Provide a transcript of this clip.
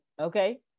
okay